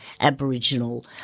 Aboriginal